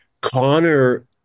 connor